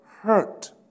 hurt